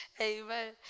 Amen